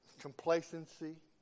complacency